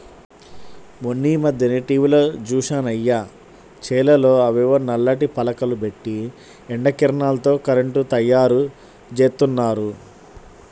మొన్నీమధ్యనే టీవీలో జూశానయ్య, చేలల్లో అవేవో నల్లటి పలకలు బెట్టి ఎండ కిరణాలతో కరెంటు తయ్యారుజేత్తన్నారు